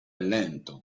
lento